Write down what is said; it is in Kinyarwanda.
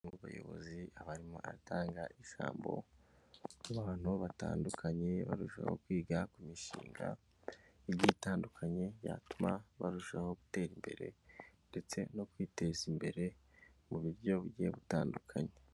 Umu bayobozi abarimo aratanga ijambo ku bantu batandukanye barushaho kwiga ku mishinga igiye itandukanye yatuma barushaho gutera imbere ndetse no kwiteza imbere mu buryo bugiye butandukanye.